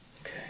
Okay